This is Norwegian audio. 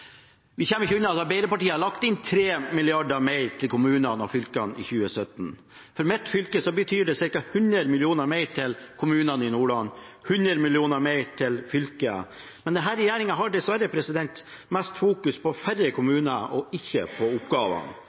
Vi kommer ikke unna at Arbeiderpartiet har lagt inn 3 mrd. kr mer til kommunene og fylkene i 2017. For mitt fylke betyr det ca. 100 mill. kr mer til kommunene i Nordland og 100 mill. kr mer til fylket. Men denne regjeringen har dessverre mest fokus på færre kommuner og ikke på